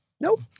Nope